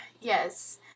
yes